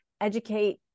Educate